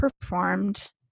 performed